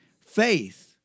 Faith